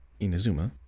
Inazuma